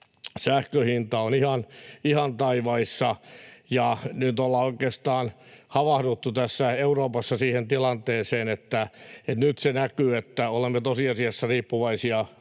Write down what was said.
sähkön hinta on ihan taivaissa, ja nyt on oikeastaan havahduttu Euroopassa siihen tilanteeseen, että nyt se näkyy, että olemme tosiasiassa riippuvaisia